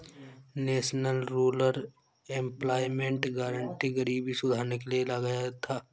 national rural employment guarantee गरीबी सुधारने के लिए लाया गया था